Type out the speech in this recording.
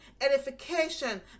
edification